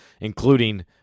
including